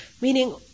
meaning